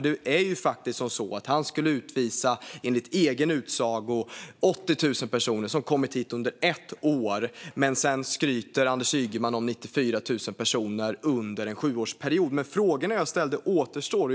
Det är ju faktiskt så att han enligt egen utsago skulle utvisa 80 000 personer som kommit hit under ett år. Sedan skryter Anders Ygeman om 94 000 personer under en sjuårsperiod. Frågorna jag ställde återstår.